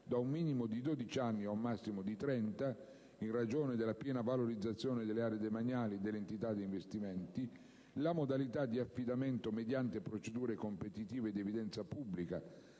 (da un minimo di 12 anni a un massimo di 30 anni) in ragione della piena valorizzazione delle aree demaniali e dell'entità degli investimenti; la modalità di affidamento mediante procedure competitive ad evidenza pubblica